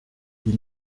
ils